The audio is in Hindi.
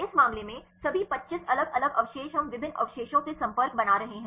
इस मामले में सभी 25 अलग अलग अवशेष हम विभिन्न अवशेषों से संपर्क बना रहे हैं